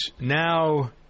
now